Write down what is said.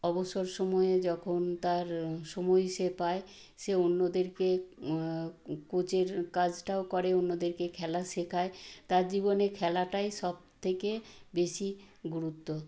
অবসর সময়ে যখন তার সময় সে পায় সে অন্যদেরকে কোচের কাজটাও করে অন্যদেরকে খেলা শেখায় তার জীবনে খেলাটাই সবথেকে বেশি গুরুত্ব